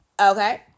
Okay